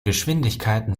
geschwindigkeiten